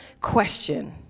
question